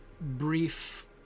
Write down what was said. brief